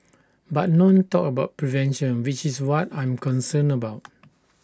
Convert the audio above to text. but none talked about prevention which is what I'm concerned about